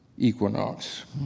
Equinox